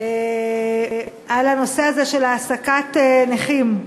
על הנושא הזה של העסקת נכים.